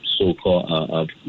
so-called